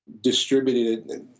distributed